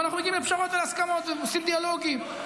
אבל אנחנו מגיעים לפשרות ולהסכמות ועושים דיאלוגים.